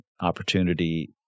opportunity